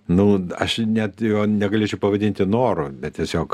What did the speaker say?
nu aš net negalėčiau pavadinti noru bet tiesiog